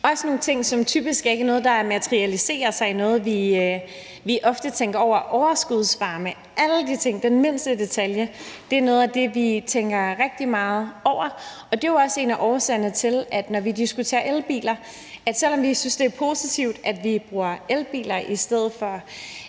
også af ting, som typisk ikke er noget, der materialiserer sig i noget, vi ofte tænker over – overskudsvarme, alle de ting, den mindste detalje er noget af det, vi tænker rigtig meget over. Det er jo også en af årsagerne til, at vi, når vi diskuterer elbiler, som vi synes det er positivt at bruge i stedet for